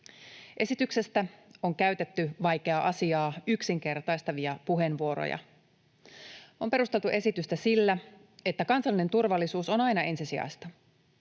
Esityksestä on käytetty vaikeaa asiaa yksinkertaistavia puheenvuoroja. On perusteltu esitystä sillä, että kansallinen turvallisuus on aina ensisijaista.